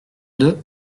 deux